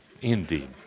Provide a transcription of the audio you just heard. Indeed